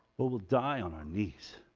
but we'll die on our knees